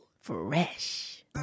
Fresh